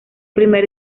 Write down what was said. primer